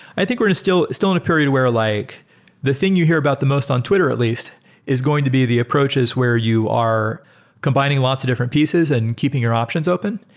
i think we're still still in a period where like the thing you hear about the most on twitter at least is going to be the approaches where you are combining lots of different pieces and keeping your options open.